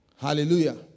Hallelujah